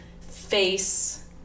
face